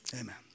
Amen